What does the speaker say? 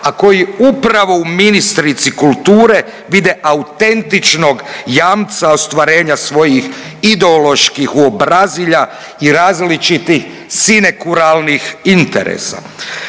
a koji upravo u ministrici kulturi vide autentičnog jamca ostvarenja svojih ideoloških uobrazilja i različitih sinekuralnih interesa.